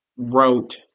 wrote